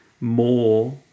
more